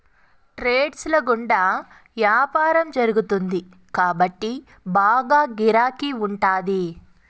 trades ల గుండా యాపారం జరుగుతుంది కాబట్టి బాగా గిరాకీ ఉంటాది